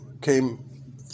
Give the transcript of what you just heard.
came